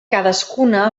cadascuna